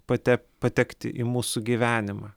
patekt patekti į mūsų gyvenimą